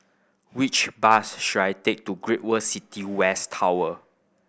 which bus should I take to Great World City West Tower